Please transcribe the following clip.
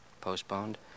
Postponed